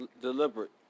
deliberate